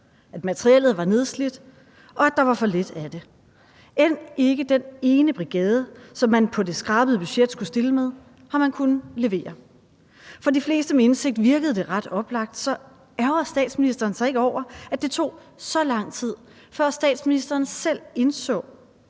at materiellet var nedslidt, og at der var for lidt af det. End ikke den ene brigade, som man på det skrabede budget skulle stille med, har man kunnet levere. For de fleste med indsigt virkede det ret oplagt, så ærgrer statsministeren sig ikke over, at det tog så lang tid, før statsministeren selv indså